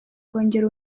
kongera